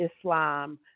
Islam